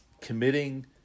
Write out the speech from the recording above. committing